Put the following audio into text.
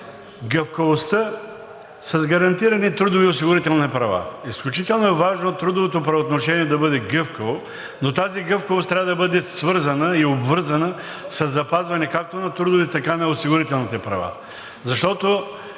гъвкавостта с гарантирани трудови и осигурителни права. Изключително е важно трудовото правоотношение да бъде гъвкаво, но тази гъвкавост трябва да бъде свързана и обвързана със запазване както на трудовите, така и на осигурителните права.